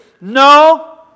No